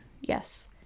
yes